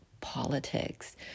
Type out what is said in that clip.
politics